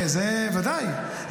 זה ודאי.